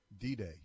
D-Day